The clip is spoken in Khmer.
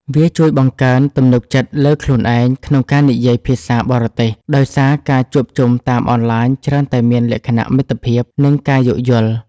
វាជួយបង្កើនទំនុកចិត្តលើខ្លួនឯងក្នុងការនិយាយភាសាបរទេស ដោយសារការជួបជុំតាមអនឡាញច្រើនតែមានលក្ខណៈមិត្តភាព និងការយោគយល់។